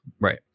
Right